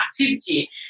activity